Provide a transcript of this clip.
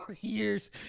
years